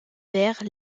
verts